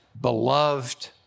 beloved